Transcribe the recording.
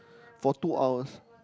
for two hours